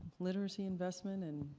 literacy investment and